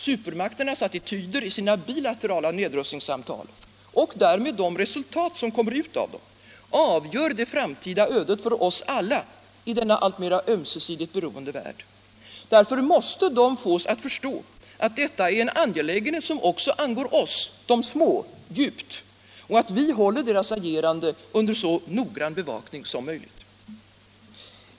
Supermakternas attityder i sina bilaterala nedrustningssamtal och därmed de resultat som kommer ut av dessa avgör det framtida ödet för oss alla i denna alltmer ömsesidigt beroende värld. Därför måste de fås att förstå att detta är en angelägenhet som angår oss, de små, djupt, och att vi håller deras agerande under så noggrann bevakning som möjligt.